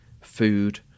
food